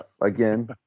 again